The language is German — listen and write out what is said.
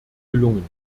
gelungen